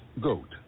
GOAT